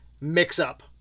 mix-up